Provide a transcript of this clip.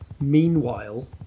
Meanwhile